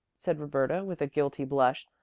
said roberta, with a guilty blush.